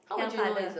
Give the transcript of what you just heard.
young father